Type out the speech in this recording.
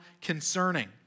concerning